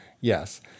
Yes